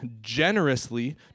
generously